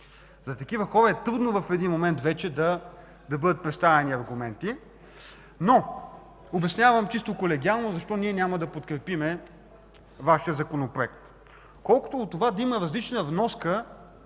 За такива хора е трудно в един момент да им бъдат представени аргументи. Обяснявам чисто колегиално защо няма да подкрепим Вашия законопроект. Колкото до това да има различна вноска